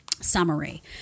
summary